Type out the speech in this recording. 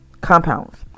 compounds